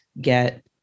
get